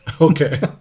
Okay